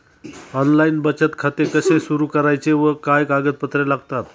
Online बचत खाते कसे सुरू करायचे व काय कागदपत्रे लागतात?